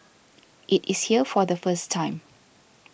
it is here for the first time